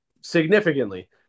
significantly